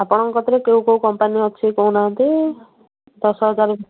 ଆପଣଙ୍କ କତିରେ କୋଉ କୋଉ କମ୍ପାନୀ ଅଛି କହୁନାହାନ୍ତି ଦଶ ହଜାର ଭିତିରେ